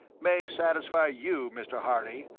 may satisfy you, mr. harley,